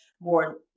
more